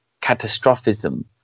catastrophism